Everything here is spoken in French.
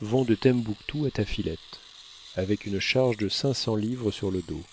vont de tembouctou à tafilet avec une charge de cinq cents livres sur le dos